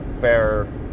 fair